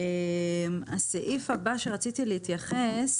הסעיף הבא שרציתי להתייחס.